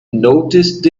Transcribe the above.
noticed